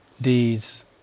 deeds